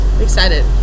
Excited